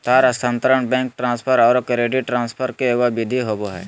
तार स्थानांतरण, bank transfer औरो क्रेडिट ट्रांसफ़र के एगो विधि होबो हइ